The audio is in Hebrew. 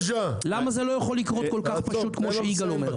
למה זה לא יכול לקרות כל כך פשוט כמו שיגאל אומר?